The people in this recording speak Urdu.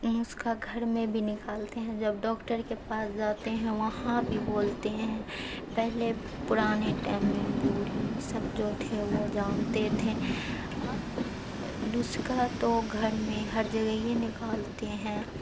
نسخہ گھر میں بھی نکالتے ہیں جب ڈاکٹر کے پاس جاتے ہیں وہاں بھی بولتے ہیں پہلے پرانے ٹائم میں بوڑھی سب جو تھے وہ جانتے تھے نسخہ تو گھر میں ہر جگہ یہ نکالتے ہیں